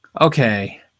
Okay